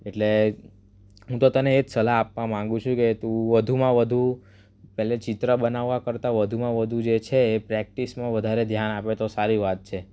એટલે હું તો તને એજ સલાહ આપવા માંગુ છું કે તું વધુમાં વધુમાં પહેલાં ચિત્ર બનાવવા કરતાં વધુમાં વધુ જે છે એ પ્રેક્ટિસમાં વધારે ધ્યાન આપે તો સારી વાત છે